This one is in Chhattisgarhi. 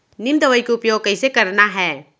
नीम दवई के उपयोग कइसे करना है?